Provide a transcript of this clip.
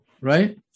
right